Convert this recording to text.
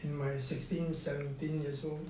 in my sixteen seventeen years old